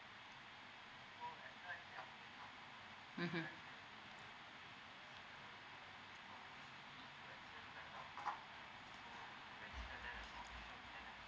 mmhmm